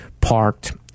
parked